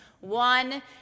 one